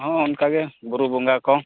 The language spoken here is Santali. ᱦᱮᱸ ᱚᱱᱠᱟᱜᱮ ᱵᱩᱨᱩ ᱵᱚᱸᱜᱟ ᱠᱚ